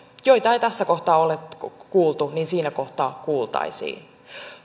joita ei tässä kohtaa ole kuultu siinä kohtaa kuultaisiin